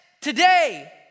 today